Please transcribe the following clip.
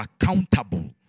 accountable